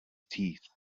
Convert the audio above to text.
teeth